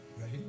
Right